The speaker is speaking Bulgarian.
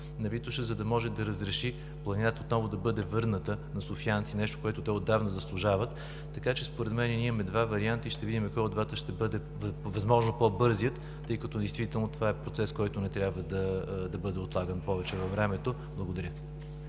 на Витоша, за да може да разреши планината отново да бъде върната на софиянци – нещо, което те отдавна заслужават. Според мен ние имаме два варианта и ще видим кой от двата ще бъде възможно по-бързият, тъй като действително това е процес, който не трябва да бъде отлаган повече във времето. Благодаря.